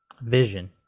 Vision